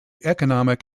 economic